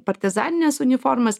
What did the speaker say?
partizanines uniformas